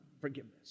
forgiveness